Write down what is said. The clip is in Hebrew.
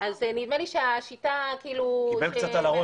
נדמה לי שהשיטה --- הוא קיבל קצת על הראש